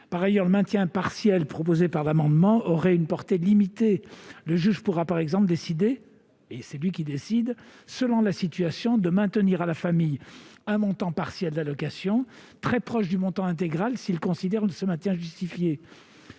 Par ailleurs, le maintien partiel proposé dans l'amendement aurait une portée limitée. Le juge pourra, par exemple, décider, selon la situation, de maintenir à la famille un montant partiel d'allocations très proche du montant intégral, s'il considère ce maintien justifié.